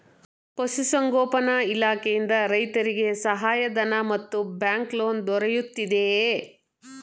ಪಶು ಸಂಗೋಪನಾ ಇಲಾಖೆಯಿಂದ ರೈತರಿಗೆ ಸಹಾಯ ಧನ ಮತ್ತು ಬ್ಯಾಂಕ್ ಲೋನ್ ದೊರೆಯುತ್ತಿದೆಯೇ?